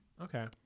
Okay